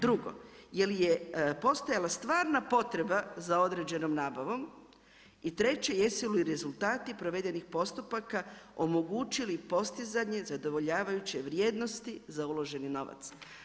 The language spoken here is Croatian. Drugo, jel je postojala stvarna potreba za određenom nabavom i treće jesu li rezultati provedenih postupaka omogućili postizanje zadovoljavajuće vrijednosti za uloženi novac.